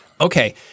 Okay